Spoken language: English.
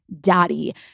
daddy